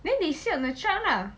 then they sit on the truck lah